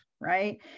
Right